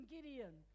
Gideon